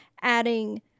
adding